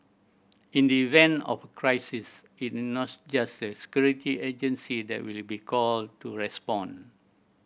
in the event of a crisis it is not just the security agency that will be called to respond